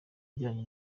ijyanye